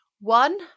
one